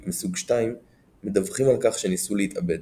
מסוג II מדווחים על כך שניסו להתאבד.